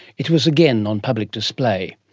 it was again on public display.